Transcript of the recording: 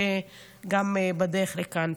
שגם בדרך לכאן.